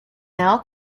now